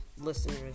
listeners